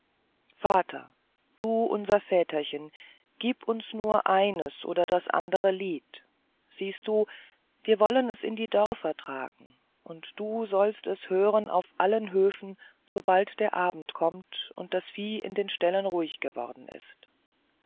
vater du unser väterchen gieb uns nur eines oder das andere lied siehst du wir wollen es in die dörfer tragen und du sollst es hören aus allen höfen sobald der abend kommt und das vieh in den ställen ruhig geworden ist